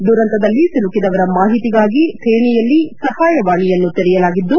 ದುರಂತದಲ್ಲಿ ಸಿಲುಕಿದವರ ಮಾಹಿತಿಗಾಗಿ ಥೇಣಿಯಲ್ಲಿ ಸಹಾಯವಾಣಿಯನ್ನು ತೆರೆಯಲಾಗಿದ್ದು